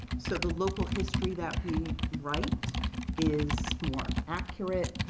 so the local history that we write is more accurate,